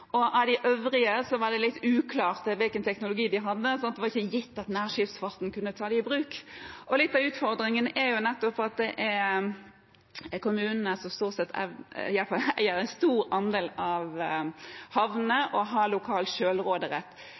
de øvrige var det litt uklart hvilken teknologi de hadde, slik at det var ikke gitt at nærskipsfarten kunne ta den i bruk. Litt av utfordringen er at det er kommunene som eier en stor andel av havnene, og har lokal sjølråderett.